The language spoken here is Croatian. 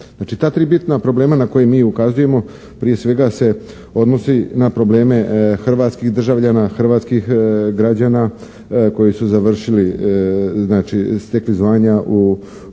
Znači, ta tri bitna problema na koje mi ukazujemo prije svega se odnosi na probleme hrvatskih državljana, hrvatskih građana koji su završili, znači, stekli zvanja kod